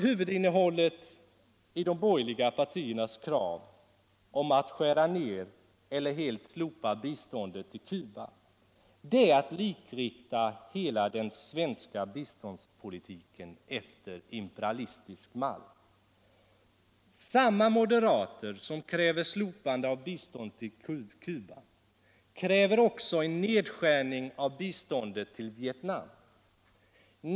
Huvudsyftet med de borgerliga partiernas krav på att skära ner eller helt slopa biståndet till Cuba tycks vara att likrikta hela den svenska biståndspotlitiken efter imperialistisk mall. Samma moderater som kriiver slopande av biståndet till Cuba kräver också en nedskärning Internationellt utvecklingssamar av biståndet till Vietnam.